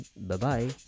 bye-bye